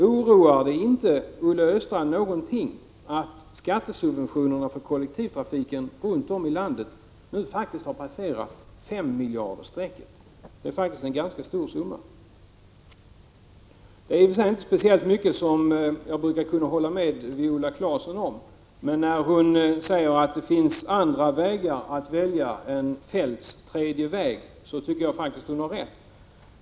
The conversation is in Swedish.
Oroar det inte alls Olle Östrand att skattesubventionerna för kollektivtrafiken runt om i landet nu har passerat femmiljardersstrecket? Det är faktiskt en ganska stor summa pengar. Det är i och för sig inte speciellt mycket som jag brukar kunna hålla med Viola Claesson om. Men när hon säger att det finns andra vägar att välja än Feldts tredje väg, tycker jag faktiskt att hon har rätt.